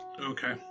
Okay